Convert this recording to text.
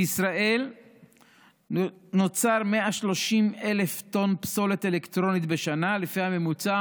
בישראל יוצרים 130,000 טונות פסולת אלקטרונית בשנה לפי ממוצע